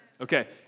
Okay